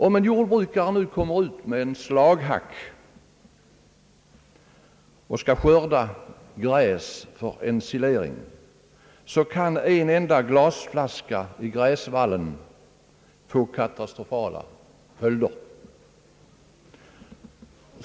Om en jordbrukare kommer ut med en slaghack och skall skörda gräs för ensilering, kan en enda glasflaska i gräsvallen få katastrofala följder.